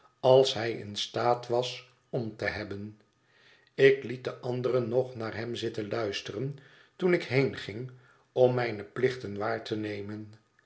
als hij in staat was om te hebben ik liet de anderen nog naar hem zitten luisteren toen ik heenging om mijne plichten waar te nemen